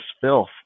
filth